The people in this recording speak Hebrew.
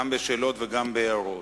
גם בשאלות וגם בהערות.